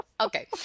Okay